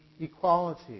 equality